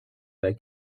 they